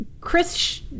Chris